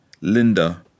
Linda